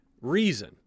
reason